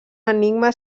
enigma